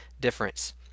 difference